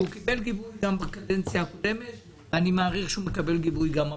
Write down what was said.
שקיבל גיבוי גם בקדנציה הקודמת ואני מעריך שהוא מקבל גיבוי גם הפעם.